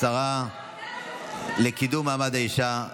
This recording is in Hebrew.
השרה לקידום מעמד האישה,